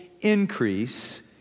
increase